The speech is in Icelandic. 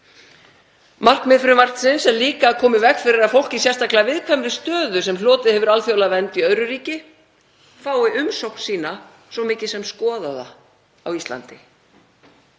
Markmið frumvarpsins er líka að koma í veg fyrir að fólk í sérstaklega viðkvæmri stöðu sem hlotið hefur alþjóðlega vernd í öðru ríki fái umsókn sína svo mikið sem skoðaða á Íslandi,